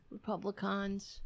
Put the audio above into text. Republicans